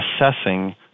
assessing